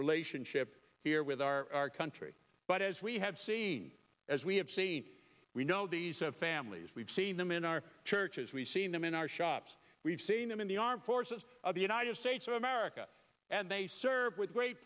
relationship here with our country but as we have seen as we have seen we know these families we've seen them in our churches we've seen them in our shops we've seen them in the armed forces of the united states of america and they serve with great